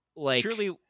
Truly